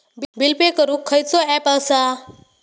Bill pay करूक खैचो app असा?